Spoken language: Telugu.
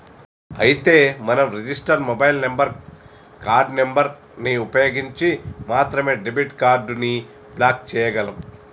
అయితే మనం register mobile number card number ని ఉపయోగించి మాత్రమే డెబిట్ కార్డు ని బ్లాక్ చేయగలం